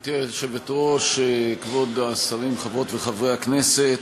גברתי היושבת-ראש, כבוד השרים, חברות וחברי הכנסת,